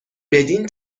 بدین